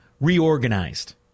reorganized